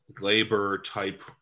labor-type